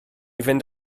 fynd